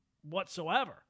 whatsoever